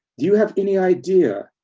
do you have any idea?